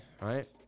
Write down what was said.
right